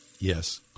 Yes